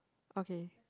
okay